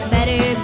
Better